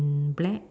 black